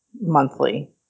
monthly